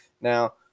Now